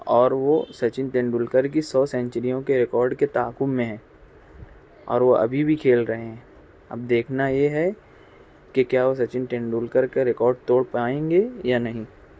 اور وہ سچن ٹینڈلکر کی سو سینچریوں کے ریکارڈ کے تعاقب میں ہیں اور وہ ابھی بھی کھیل رہے ہیں اب دیکھنا یہ ہے کہ کیا وہ سچن ٹینڈلکر کا ریکارڈ توڑ پائیں گے یا نہیں